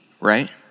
right